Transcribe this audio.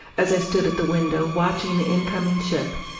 as i stood at the window watching the incoming ship,